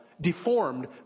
deformed